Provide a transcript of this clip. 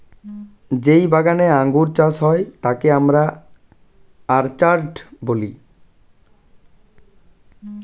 যেই বাগানে আঙ্গুর চাষ হয় তাকে আমরা অর্চার্ড বলি